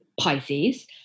Pisces